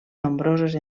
nombrosos